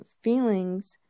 feelings